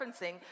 referencing